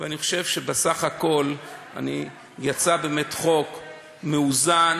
ואני חושב שבסך הכול יצא באמת חוק מאוזן,